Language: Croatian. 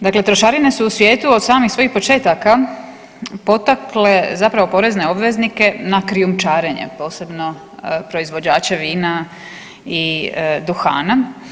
Dakle, trošarine su u svijetu od samih svojih početaka potakle zapravo porezne obveznike na krijumčarenje, posebno proizvođače vina i duhana.